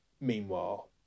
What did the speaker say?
Meanwhile